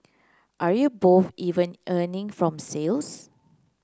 are you both even earning from sales